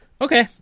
okay